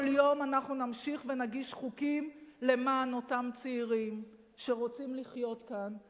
כל יום אנחנו נמשיך ונגיש חוקים למען אותם צעירים שרוצים לחיות כאן,